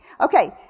Okay